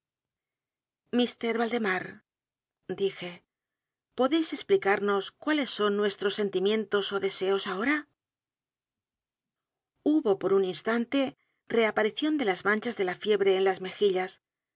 mr valdemar dije podéis explicarnos cuáles son nuestros sentimientos ó deseos ahora hubo por un instante reaparición de las manchas de la fiebre en las mejillas